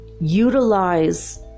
utilize